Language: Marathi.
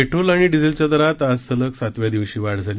पेट्रोल आणि डिझेलच्या दरात आज सलग सातव्या दिवशी वाढ झाली